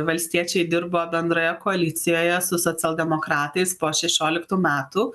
valstiečiai dirbo bendroje koalicijoje su socialdemokratais po šešioliktų metų